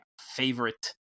favorite